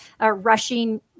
rushing